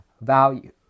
value